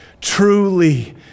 truly